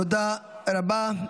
תודה רבה.